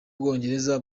bwongereza